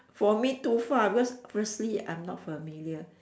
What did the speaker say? for me too far because firstly I'm not familiar